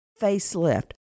facelift